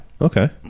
Okay